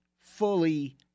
fully